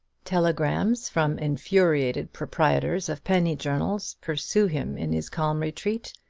telegrams from infuriated proprietors of penny journals pursue him in his calm retreat,